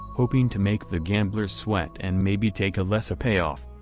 hoping to make the gamblers sweat and maybe take a lesser payoff.